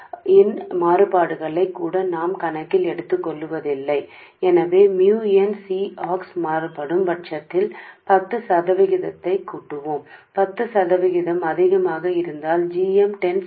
Mu n c ox మారుతూ ఉంటే పది శాతానికి పైగా ఉన్నట్లయితే అది పది శాతానికి చెప్తే అప్పుడు gm కూడా 10 శాతం ఎక్కువగా ఉంటుంది